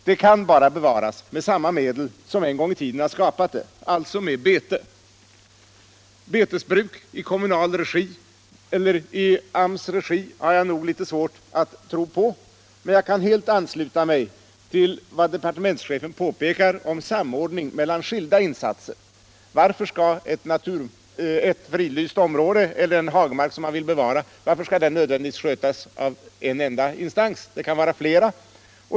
Det kan bara bevaras med samma medel som en gång i tiden har skapat det, alltså med bete. Betesbruk i kommunal regi eller i AMS regi har jag nog litet svårt att tro på. Men jag kan helt ansluta mig till vad departementschefen påpekar om samordning mellan skilda insatser. Varför skall ett fridlyst område eller en hagmark som man vill bevara nödvändigtvis skötas av en enda instans? — det kan vara flera.